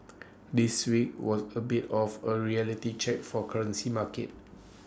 this week was A bit of A reality check for currency markets